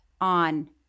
on